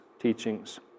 teachings